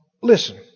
listen